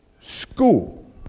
school